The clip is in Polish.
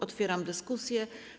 Otwieram dyskusję.